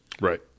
Right